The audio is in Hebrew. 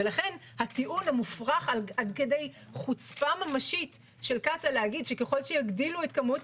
ולכן הטיעון המופרך עד כדי חוצפה ממשית של קצא"א שככל שיגדילו את כמות